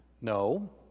No